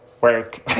work